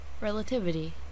Relativity